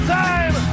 time